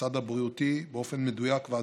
בצד הבריאותי באופן מדויק ועדכני.